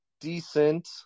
decent